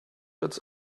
its